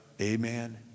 Amen